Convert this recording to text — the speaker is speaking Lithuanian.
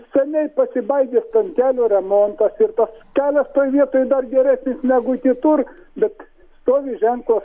seniai pasibaigęs ten kelio remontas ir tas kelias toj vietoj dar geresnis negu kitur bet stovi ženklas